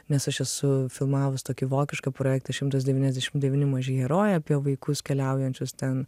nes aš esu filmavus tokį vokišką projektą šimtas devynisadešimt devyni maži herojai apie vaikus keliaujančius ten